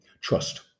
trust